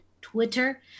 Twitter